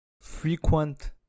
frequent